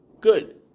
Good